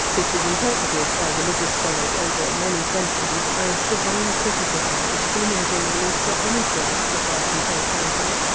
this was interpreted by religious scholars over many centuries as divine criticism of semen being released for any cause aside from procreating,